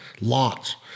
Lots